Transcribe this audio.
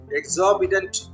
exorbitant